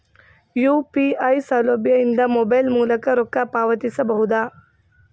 UPI ಸೌಲಭ್ಯ ಇಂದ mobile ಮೂಲಕ ರೊಕ್ಕ ಪಾವತಿಸ ಬಹುದಾ?